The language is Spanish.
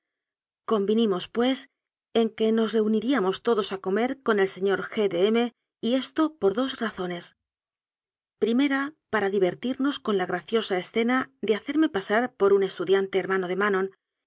convinimos pues en que nos reuniríamos todos a comer con el señor g de m y esto por dos razones primera para divertirnos con la graciosa escena de hacerme pasar por un estudiante hermano de